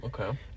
okay